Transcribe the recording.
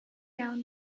down